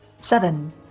Seven